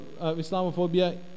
Islamophobia